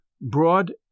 broad